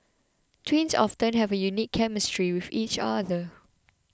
twins often have a unique chemistry with each other